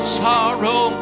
sorrow